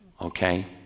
okay